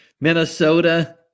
Minnesota